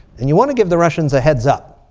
and you want to give the russians a heads up.